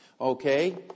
Okay